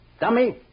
Dummy